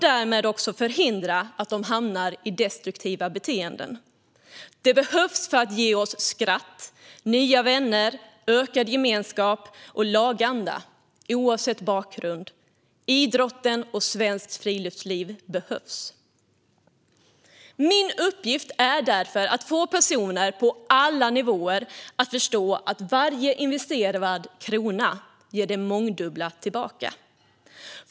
Därmed förhindras de att hamna i destruktiva beteenden. Idrotten och svenskt friluftsliv behövs för att ge oss skratt, nya vänner, ökad gemenskap och laganda, oavsett bakgrund. Idrotten och svenskt friluftsliv behövs. Min uppgift är därför att få personer på alla nivåer att förstå att varje investerad krona ger det mångdubbla tillbaka.